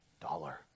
Dollar